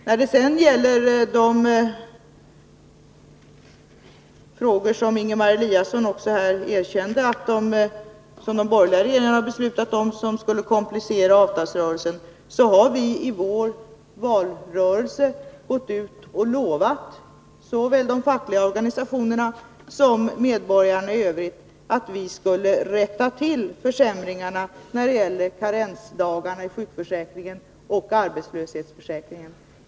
När det sedan gäller de av de borgerliga regeringarna beslutade åtgärderna, som också — vilkat Ingemar Eliasson erkände — kan komplicera avtalsrörelsen, vill jag säga att vi i valrörelsen lovat såväl de fackliga organisationerna som medborgarna i övrigt att vi skall upphäva försämringarna i fråga om karensdagarna i sjukförsäkringen och arbetslöshetsförsäkringen.